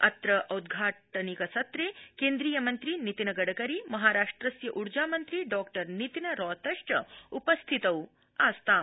अत्र औद्घाटनिकसत्रे केन्द्रीयमन्त्री नितिनगडकरी महाराष्ट्रस्य ऊर्जामन्त्री डॉ नितिन रॉतश्च उपस्थितौ आस्ताम्